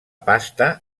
pasta